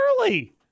early